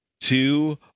two